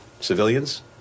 civilians